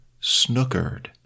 snookered